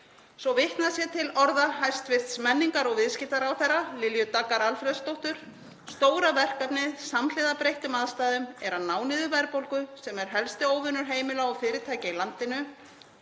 Svo vitnað sé til orða hæstv. menningar- og viðskiptaráðherra, Lilju Daggar Alfreðsdóttur: Stóra verkefnið samhliða breyttum aðstæðum er að ná niður verðbólgu sem er helsti óvinur heimila og fyrirtækja í landinu.